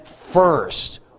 first